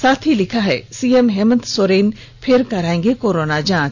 साथ ही लिखा है ॅसीएम हेमन्त सोरेन फिर करांएगे कोरोना जांच